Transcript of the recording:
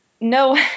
No